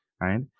right